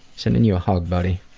sending you a hug buddy.